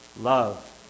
love